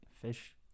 fish